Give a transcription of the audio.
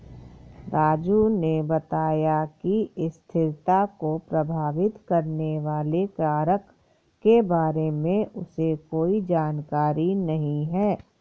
राजू ने बताया कि स्थिरता को प्रभावित करने वाले कारक के बारे में उसे कोई जानकारी नहीं है